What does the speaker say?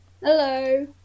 Hello